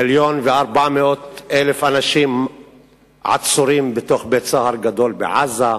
מיליון ו-400,000 אנשים עצורים בתוך בית-סוהר גדול בעזה.